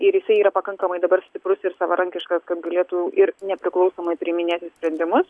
ir jisai yra pakankamai dabar stiprus ir savarankiškas kad galėtų ir nepriklausomai priiminėti sprendimus